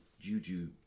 juju